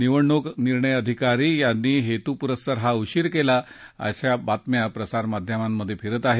निवडणूक निर्णय अधिकारी यांनी हेतूपुरस्सर हा उशीर केला अश्या बातम्या प्रसार माध्यमांवर फिरत आहेत